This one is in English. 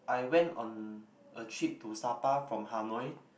I went on a trip to Sabah from Hanoi